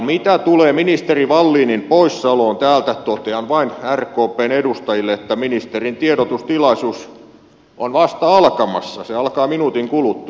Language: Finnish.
mitä tulee ministeri wallinin poissaoloon täältä totean vain rkpn edustajille että ministerin tiedotustilaisuus on vasta alkamassa se alkaa minuutin kuluttua